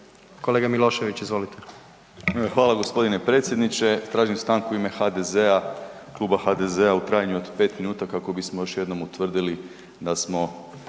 Domagoj Ivan (HDZ)** Hvala gospodine predsjedniče. Tražim stanku u ime HDZ-a, Kluba HDZ-a u trajanju od 5 minuta kako bismo još jednom utvrdili da smo